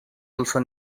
also